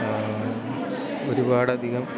ഒരുപാടധികം